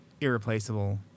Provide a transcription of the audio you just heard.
irreplaceable